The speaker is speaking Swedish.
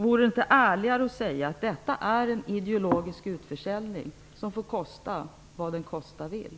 Vore det inte ärligare att säga att detta är en ideologisk utförsäljning som får kosta vad den kosta vill?